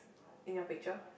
in your picture